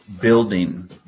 building